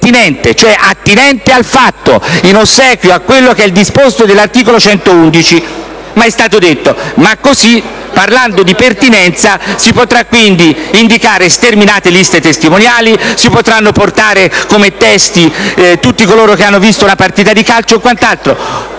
cioè attinente al fatto, in ossequio al disposto dell'articolo 111 della Costituzione. Ma questo è stato già detto. E così, parlando di pertinenza si potrà quindi indicare sterminate liste testimoniali, si potranno portare come testi tutti coloro che hanno visto la partita di calcio, e quant'altro.